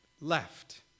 left